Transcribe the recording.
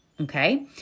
Okay